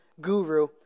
guru